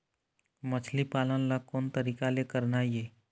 मछली पालन ला कोन तरीका ले करना ये?